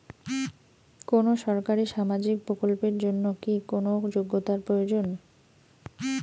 কোনো সরকারি সামাজিক প্রকল্পের জন্য কি কোনো যোগ্যতার প্রয়োজন?